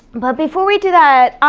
but before we do that,